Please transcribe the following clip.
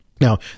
Now